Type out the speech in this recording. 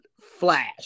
flash